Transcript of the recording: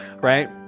Right